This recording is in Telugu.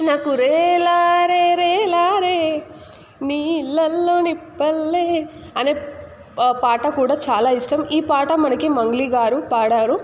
నాకు రేలారే రేలారే నీళ్ళలో నిప్పల్లే అనే పాట కూడా చాలా ఇష్టం ఈ పాట మనకి మంగ్లీ గారు పాడారు